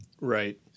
Right